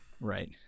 Right